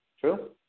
True